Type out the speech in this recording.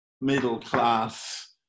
middle-class